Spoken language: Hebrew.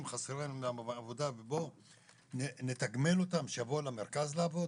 חסרים גם בעבודה ונוכל לתגמל אותם שיבואו למרכז לעבוד?